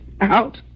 Out